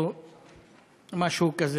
או משהו כזה.